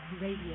Radio